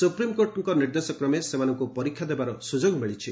ସୁପ୍ରିମ୍କୋର୍ଟଙ୍କ ନିର୍ଦ୍ଦେଶ କ୍ରମେ ସେମାନଙ୍କୁ ପରୀକ୍ଷା ଦେବାର ସୁଯୋଗ ମିଳିଛି